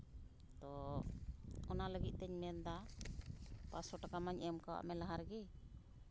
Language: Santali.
ᱛᱳ ᱚᱱᱟ ᱞᱟᱹᱜᱤᱫ ᱛᱤᱧ ᱢᱮᱱᱫᱟ ᱯᱟᱸᱪᱥᱥᱳ ᱴᱟᱠᱟ ᱢᱟᱧ ᱮᱢ ᱟᱠᱟᱫ ᱢᱮ ᱞᱟᱦᱟ ᱨᱮᱜᱮ